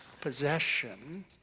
possession